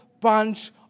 bunch